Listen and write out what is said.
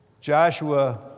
Joshua